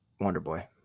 Wonderboy